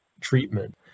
treatment